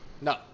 No